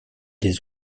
les